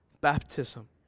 baptism